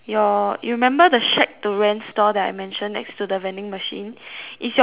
your you remember the shack to rent store that I mentioned next to the vending machine is your window locked